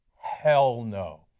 hell no.